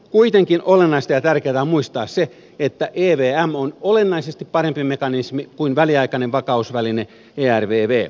kuitenkin olennaista ja tärkeätä on muistaa se että evm on olennaisesti parempi mekanismi kuin väliaikainen vakausväline ervv